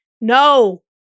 No